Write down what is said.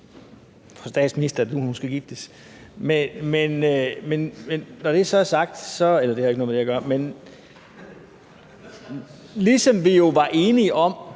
ligesom vil være enige om